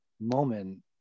moment